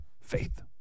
Faith